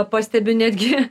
pastebi netgi